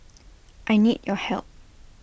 I need your help